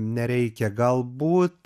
nereikia galbūt